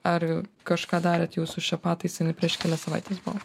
ar kažką darėt jūs su šia pataisa jinai prieš kelias savaites buvo